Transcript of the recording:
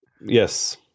Yes